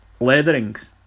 leatherings